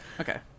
Okay